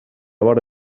vora